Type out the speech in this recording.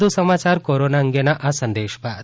વધુ સમાચાર કોરોના અંગેના આ સંદેશ બાદ